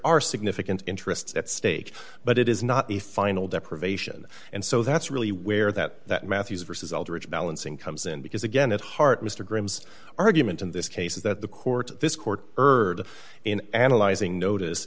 are significant interests at stake but it is not the final deprivation and so that's really where that that matthews versus eldridge balancing comes in because again at heart mr graham's argument in this case is that the court this court heard in analyzing notice